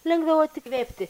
lengviau atsikvėpti